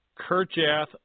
Kerjath